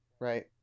Right